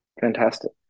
Fantastic